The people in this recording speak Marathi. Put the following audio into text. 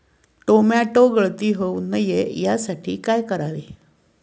टोमॅटो गळती होऊ नये यासाठी काय करावे?